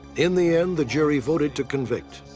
in the end, the jury voted to convict.